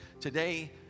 today